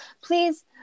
Please